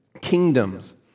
kingdoms